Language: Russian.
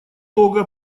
того